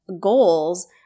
goals